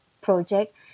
project